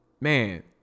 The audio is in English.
man